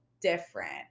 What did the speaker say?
different